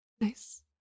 nice